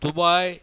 Dubai